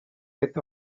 with